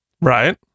Right